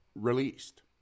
released